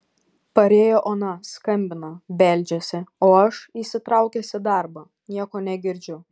parėjo ona skambina beldžiasi o aš įsitraukęs į darbą nieko negirdžiu